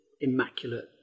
Immaculate